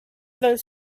those